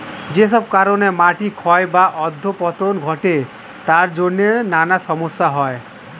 যেসব কারণে মাটি ক্ষয় বা অধঃপতন ঘটে তার জন্যে নানা সমস্যা হয়